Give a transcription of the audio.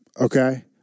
Okay